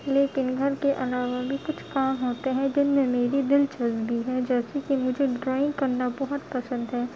لیکن گھر کے علاوہ بھی کچھ کام ہوتے ہیں جن میں میری دلچسبی ہے جیسے کہ مجھے ڈرائںگ کرنا بہت پسند ہے